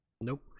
Nope